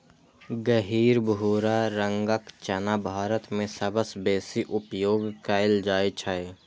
गहींर भूरा रंगक चना भारत मे सबसं बेसी उपयोग कैल जाइ छै